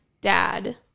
dad